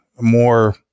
more